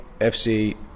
FC